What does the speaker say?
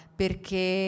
perché